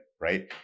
right